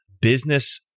business